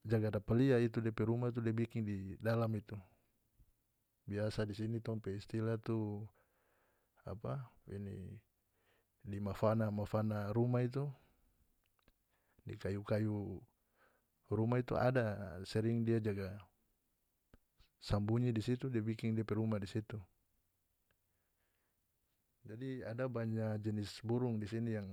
jaga dapa lia itu depe rumah itu dia bikin di dalam itu biasa di sini tong pe istilah tu apa ini di mafana mafana rumah itu di kayu-kayu rumah itu ada sering dia jaga sambunyi di situ dia bikin depe rumah di situ jadi ada banya jenis burung di sini yang.